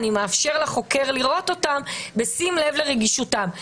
אני מאפשר לחוקר לראות אותם בשים לב לרגישותם.